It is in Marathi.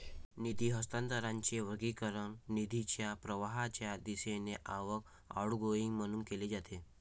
निधी हस्तांतरणाचे वर्गीकरण निधीच्या प्रवाहाच्या दिशेने आवक, आउटगोइंग म्हणून केले जाते